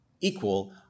equal